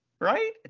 right